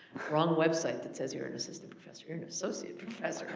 wrong website that says your an assistant professor. you're an associate professor.